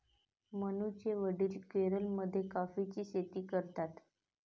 मनूचे वडील केरळमध्ये कॉफीची शेती करतात